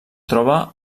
troba